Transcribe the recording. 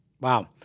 Wow